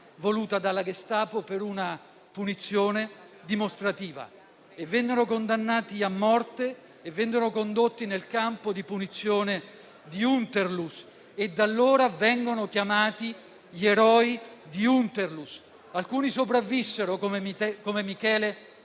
voluta dalla Gestapo per una punizione dimostrativa; vennero condannati a morte e condotti nel campo di punizione di Unterlüss, e da allora vengono chiamati «Gli eroi di Unterlüss». Alcuni sopravvissero, come Michele